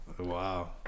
Wow